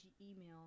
email